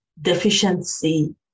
deficiency